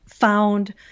found